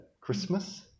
Christmas